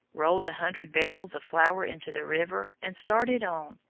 rolled a hundred barrels of flour into the river, and started on,